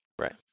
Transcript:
Right